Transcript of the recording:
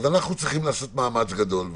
אנחנו צריכים לעשות מאמץ גדול.